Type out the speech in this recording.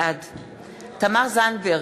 בעד תמר זנדברג,